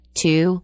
two